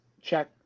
check